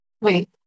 Wait